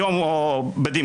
היום או בדימוס.